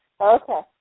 Okay